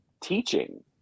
teaching